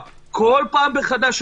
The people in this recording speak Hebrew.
אני מסתכל